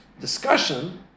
discussion